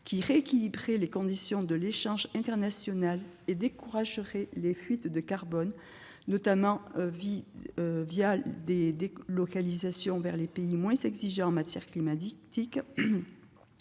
qui rééquilibrerait les conditions de l'échange international et découragerait les fuites de carbone, notamment des délocalisations vers les pays moins exigeants en matière climatique,